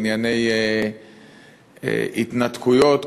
בענייני התנתקויות,